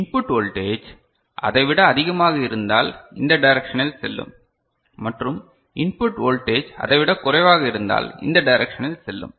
input voltage அதை விட அதிகமாக இருந்தால் இந்த டைரக்ஷனில் செல்லும் மற்றும் இன்புட் வோல்டேஜ் அதைவிட குறைவாக இருந்தால் இந்த டைரக்ஷனில் செல்லும்